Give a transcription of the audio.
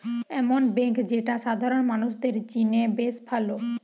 এমন বেঙ্ক যেটা সাধারণ মানুষদের জিনে বেশ ভালো